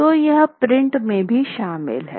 तो यह प्रिंट में भी शामिल है